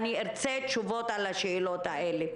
אני ארצה תשובות על השאלות האלה.